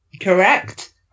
Correct